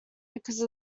because